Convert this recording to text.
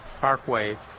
Parkway